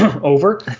over